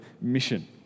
mission